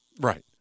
Right